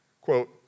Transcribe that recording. quote